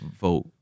vote